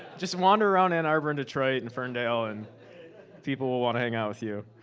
just wonder around ann arbor, and detroit and ferndale, and people will want to hang out with you.